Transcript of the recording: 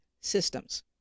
systems